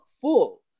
full